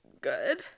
good